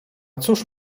cóż